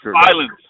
silence